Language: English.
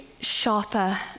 sharper